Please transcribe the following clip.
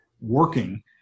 working